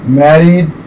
married